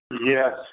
Yes